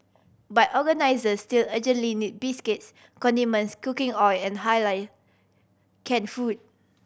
but organisers still urgently need biscuits condiments cooking oil and Halal can food